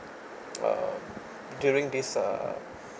uh during this uh